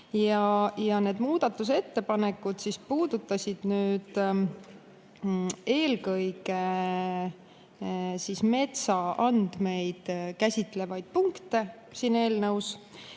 Ja need muudatusettepanekud puudutasid eelkõige metsaandmeid käsitlevaid punkte siin eelnõus.